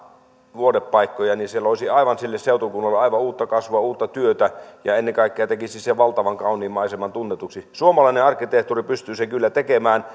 vuodepaikkoja niin se loisi sille seutukunnalle aivan uutta kasvua uutta työtä ja ennen kaikkea tekisi sen valtavan kauniin maiseman tunnetuksi suomalainen arkkitehtuuri pystyy sen kyllä tekemään